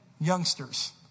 youngsters